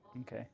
Okay